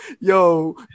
Yo